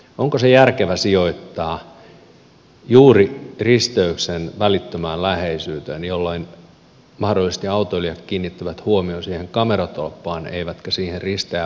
onko se järkevää sijoittaa juuri risteyksen välittömään läheisyyteen jolloin mahdollisesti autoilijat kiinnittävät huomion siihen kameratolppaan eivätkä siihen risteävään liikenteeseen